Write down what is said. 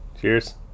Cheers